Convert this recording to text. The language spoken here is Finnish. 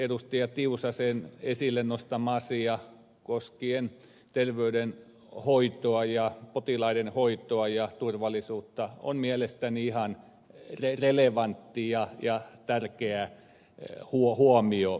tiusasen esille nostama asia koskien terveydenhoitoa ja potilaiden hoitoa ja turvallisuutta on mielestäni ihan relevantti ja tärkeä huomio